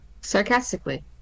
Sarcastically